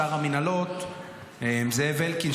שר המינהלות זאב אלקין,